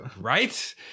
Right